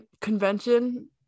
convention